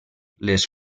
les